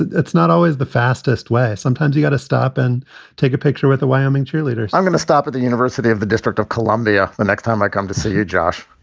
it's not always the fastest way. sometimes you gotta stop and take a picture with the wyoming cheerleaders i'm going to stop at the university of the district of columbia the next time i come to see you. josh,